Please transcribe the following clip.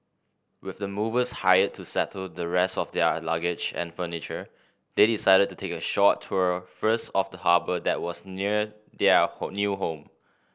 with the movers hired to settle the rest of their luggage and furniture they decided to take a short tour first of the harbour that was near their new home